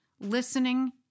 Listening